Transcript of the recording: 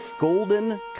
golden